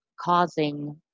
causing